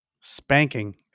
Spanking